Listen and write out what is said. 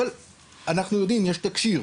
אבל אנחנו יודעים, יש תקשי"ר.